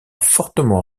fortement